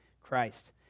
Christ